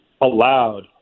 allowed